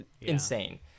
insane